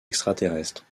extraterrestres